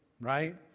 right